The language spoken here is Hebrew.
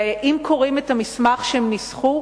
ואם קוראים את המסמך שהם ניסחו,